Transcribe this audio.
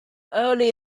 early